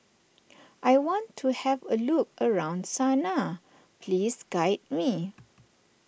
I want to have a look around Sanaa please guide me